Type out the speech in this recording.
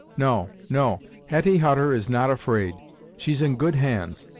no no hetty hutter is not afraid she's in good hands.